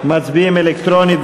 מצביעים אלקטרונית.